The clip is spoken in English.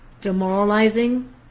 demoralizing